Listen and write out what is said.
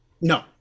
No